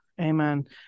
Amen